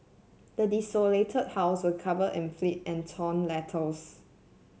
the desolated house was covered in filth and torn